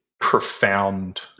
profound